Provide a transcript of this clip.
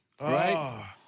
right